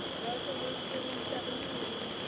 resolution seventeen